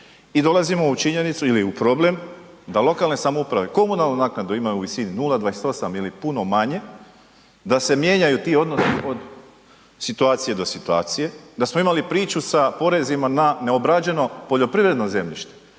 i dolazimo u činjenicu ili u problem da lokalne samouprave komunalnu naknadu imaju u visini 0,28 ili puno manje, da se mijenjaju ti odnosi od situacije do situacije, da smo imali priču sa porezima na neograđeno poljoprivredno zemljište